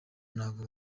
ntago